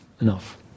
Enough